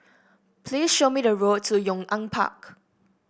please show me the road to Yong An Park